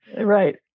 Right